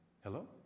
Hello